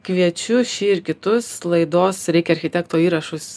kviečiu šį ir kitus laidos reikia architekto įrašus